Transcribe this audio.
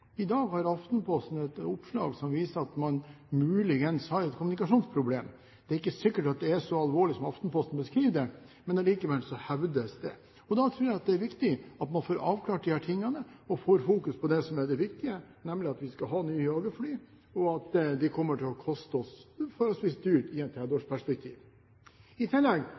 I dag har Aftenposten et oppslag som viser at man muligens har et kommunikasjonsproblem. Det er ikke sikkert det er så alvorlig som Aftenposten beskriver det, men allikevel hevdes det. Da tror jeg at det er viktig at man får avklart disse tingene og får fokus på det som er det viktige, nemlig at vi skal ha nye jagerfly, og at de kommer til å koste oss